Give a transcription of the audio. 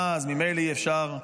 אה, ממילא אי-אפשר,